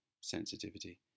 sensitivity